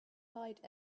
light